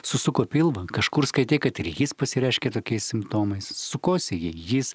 susuko pilvą kažkur skaitei kad ir jis pasireiškia tokiais simptomais sukosėjai jis